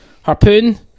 Harpoon